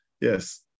Yes